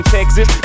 Texas